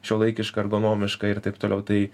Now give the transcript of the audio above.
šiuolaikiška ergonomiška ir taip toliau tai